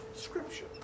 scripture